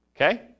Okay